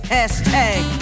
Hashtag